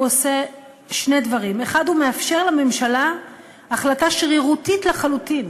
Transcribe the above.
הוא עושה שני דברים: 1. הוא מאפשר לממשלה החלטה שרירותית לחלוטין.